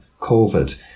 COVID